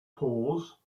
pause